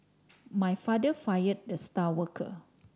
my father fire the star worker